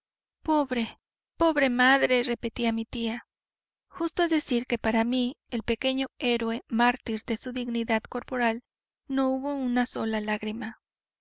pobre pobre madre repetía mi tía justo es decir que para mí el pequeño héroe mártir de su dignidad corporal no hubo una sola lágrima